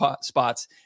spots